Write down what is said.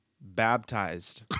baptized